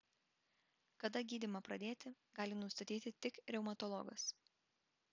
kada gydymą pradėti gali nustatyti tik reumatologas